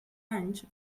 anys